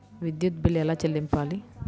విద్యుత్ బిల్ ఎలా చెల్లించాలి?